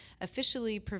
officially